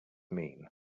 mean